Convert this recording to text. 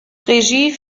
regie